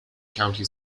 county